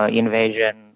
invasion